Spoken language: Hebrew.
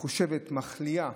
מחליאה,